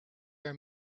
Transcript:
our